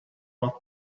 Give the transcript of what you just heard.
what